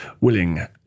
willing